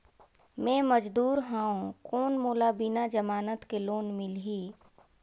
मे मजदूर हवं कौन मोला बिना जमानत के लोन मिलही?